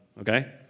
okay